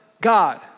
God